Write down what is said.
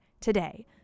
today